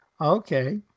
Okay